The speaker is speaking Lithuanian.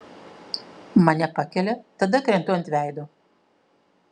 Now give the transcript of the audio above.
mane pakelia tada krentu ant veido